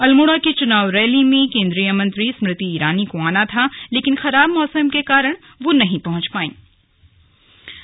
अल्मोड़ा की चुनाव रैली में केंद्रीय मंत्री स्मृति ईरानी को आना था लेकिन खराब मौसम के कारण वो नहीं पहुंच पायीं